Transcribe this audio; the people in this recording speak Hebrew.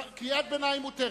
קריאת ביניים מותרת.